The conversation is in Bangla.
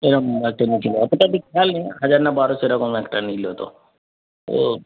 এইরকম একটা নিয়েছিল অতটা ঠিক খেয়াল নেই হ্যাঁ হাজার না বারোশো এইরকম একটা নিল তো ও